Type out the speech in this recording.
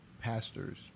pastors